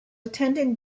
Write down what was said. attending